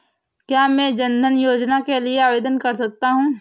क्या मैं जन धन योजना के लिए आवेदन कर सकता हूँ?